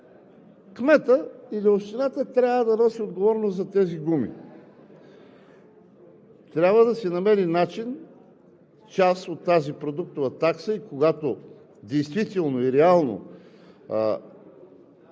кметът или общината трябва да носи отговорност за тези гуми! Трябва да се намери начин част от продуктовата такса, когато действително и реално